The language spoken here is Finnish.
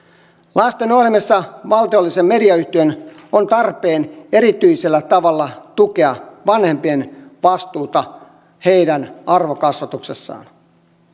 lastenohjelmissa valtiollisen mediayhtiön on tarpeen erityisellä tavalla tukea vanhempien vastuuta heidän arvokasvatuksessaan